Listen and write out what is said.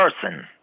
person